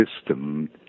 system